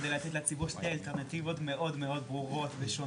כדי לתת לציבור שתי אלטרנטיבות מאוד ברורות ושונות.